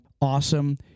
awesome